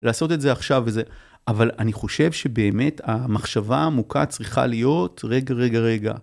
לעשות את זה עכשיו וזה, אבל אני חושב שבאמת המחשבה העמוקה צריכה להיות רגע, רגע, רגע.